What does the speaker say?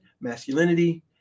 masculinity